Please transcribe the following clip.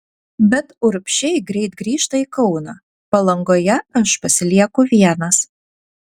bet urbšiai greit grįžta į kauną palangoje aš pasilieku vienas